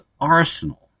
arsenal